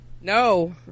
No